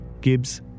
Gibbs